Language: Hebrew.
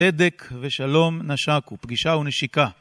צדק ושלום נשק ופגישה ונשיקה.